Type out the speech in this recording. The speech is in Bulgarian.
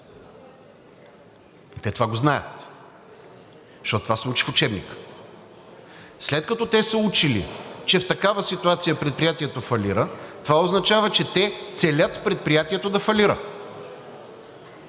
това го знаят, защото това се учи в учебника. След като те са учили, че в такава ситуация предприятието фалира, това означава, че те целят предприятието да фалира.